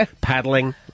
Paddling